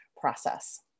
process